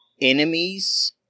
Enemies